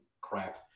crap